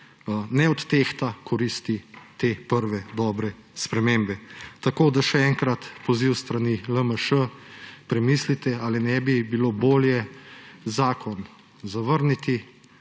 ne odtehta koristi te prve dobre spremembe. Tako še enkrat poziv s strani LMŠ, premislite, ali ne bi bilo bolje zakon zavrniti,